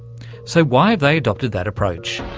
so why have they adopted that approach?